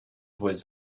with